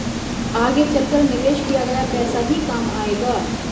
आगे चलकर निवेश किया गया पैसा ही काम आएगा